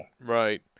right